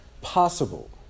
possible